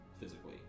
physically